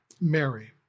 Mary